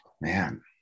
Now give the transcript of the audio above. man